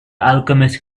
alchemist